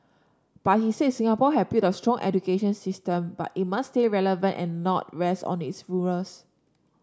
but he said Singapore have built a strong education system but it must stay relevant and not rest on its laurels